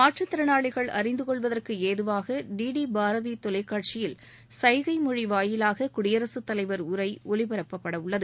மாற்றுத் திறனாளிகள் அறிந்துகொள்வதற்கு ஏதுவாக டி டி பாரதி தொலைக்காட்சியில் சைகை மொழி வாயிலாக குடியரசு தலைவர் உரை ஒளிபரப்பப்படவுள்ளது